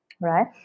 right